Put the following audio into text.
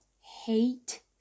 hate